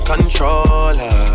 Controller